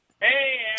Hey